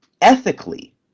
ethically